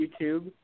YouTube